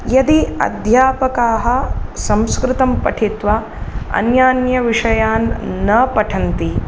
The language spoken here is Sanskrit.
यदि अध्यापकाः संस्कृतं पठित्वा अन्यान्यविषयान् न पठन्ति